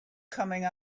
coming